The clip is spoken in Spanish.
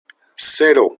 cero